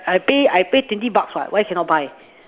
I pay I pay twenty bucks what why cannot buy